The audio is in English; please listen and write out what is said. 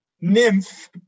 nymph